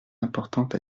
importante